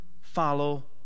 follow